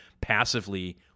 passively